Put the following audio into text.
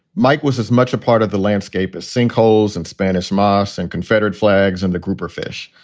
mike was as much a part of the landscape as sinkholes and spanish moss and confederate flags and the grouper fish.